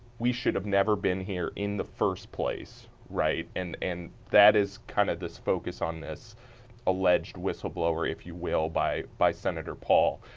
we should have never been here in the first place. and and that is kind of this focus on this alleged whistleblower, if you will, by by senator paul.